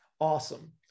Awesome